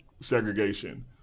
segregation